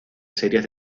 series